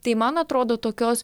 tai man atrodo tokios